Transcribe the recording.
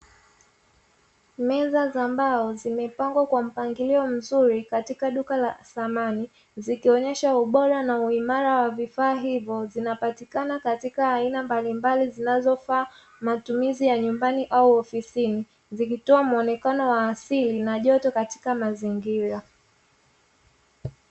Meza za mbao zimepangwa kwa mpangilio mzuri katika duka la samani, zikionyesha ubora na uimara wa vifaa hivyo zinapatikana katika aina mbalimbali, zinazofaa matumizi ya nyumbani au ofisini nilitoa muonekano wa asili na joto katika mazingira